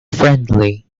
friendly